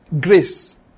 Grace